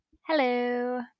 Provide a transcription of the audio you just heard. Hello